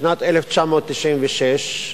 בשנת 1996,